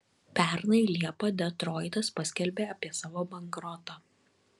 pernai liepą detroitas paskelbė apie savo bankrotą